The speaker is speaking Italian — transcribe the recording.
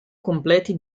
completi